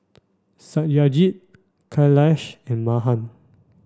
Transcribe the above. Satyajit Kailash and Mahan